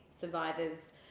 survivors